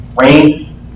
Rain